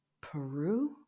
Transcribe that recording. peru